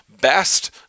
best